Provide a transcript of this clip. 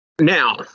Now